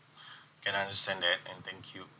and I understand that and thank you